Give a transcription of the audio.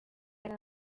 yari